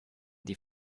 die